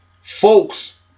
folks